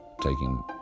taking